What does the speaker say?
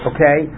Okay